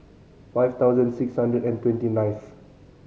five thousand six hundred and twenty ninth